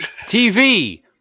TV